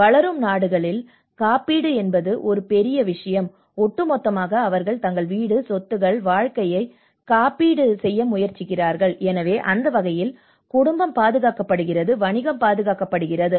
ஆனால் வளரும் நாடுகளில் காப்பீடு என்பது ஒரு பெரிய விஷயம் ஒட்டுமொத்தமாக அவர்கள் தங்கள் வீடு சொத்துக்கள் வாழ்க்கையை காப்பீடு செய்ய முயற்சிக்கிறார்கள் எனவே அந்த வகையில் குடும்பம் பாதுகாக்கப்படுகிறது வணிகம் பாதுகாக்கப்படுகிறது